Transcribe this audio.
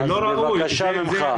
אז בבקשה ממך.